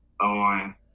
on